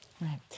Right